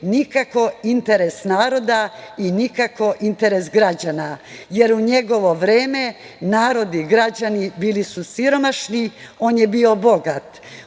nikako interes naroda i nikako interes građana, jer u njegovo vreme narod i građani bili su siromašni. On je bio bogat.